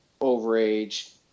overage